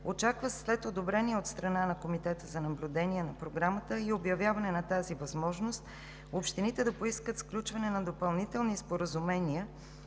Очаква се след одобрение от страна на Комитета за наблюдение на Програмата и обявяване на тази възможност общините да поискат сключване на допълнителни споразумения